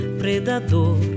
predador